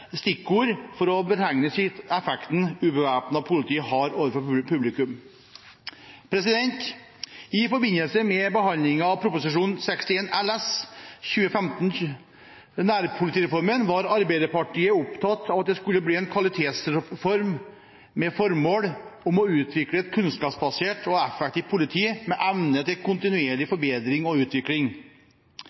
stikkord for å betegne effekten ubevæpnet politi har overfor publikum. I forbindelse med behandlingen av Prop. 61 LS for 2014–2015 – nærpolitireformen – var Arbeiderpartiet opptatt av dette skulle bli en kvalitetsreform med det formål å utvikle et kunnskapsbasert og effektivt politi med evne til kontinuerlig forbedring og utvikling.